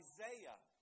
Isaiah